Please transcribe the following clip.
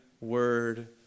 word